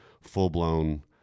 full-blown